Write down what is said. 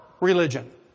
religion